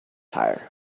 tyre